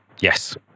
Yes